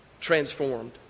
transformed